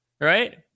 right